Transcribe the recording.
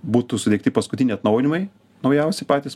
būtų sudiegti paskutiniai atnaujinimai naujausi patys